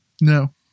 No